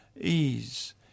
ease